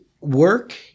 work